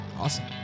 awesome